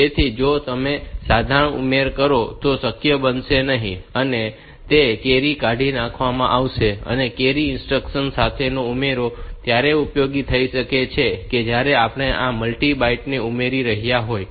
તેથી જો તમે સાધારણ ઉમેરો કરો તો તે શક્ય બનશે નહીં અને તે કેરી કાઢી નાખવામાં આવશે અને કેરી ઇન્સ્ટ્રક્શન સાથેનો આ ઉમેરો ત્યારે ઉપયોગી થઈ શકે છે કે જ્યારે આપણે આ મલ્ટી બાઈટ ને ઉમેરી રહ્યા હોઈએ